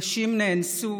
נשים נאנסו.